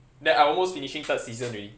then I almost finishing third season already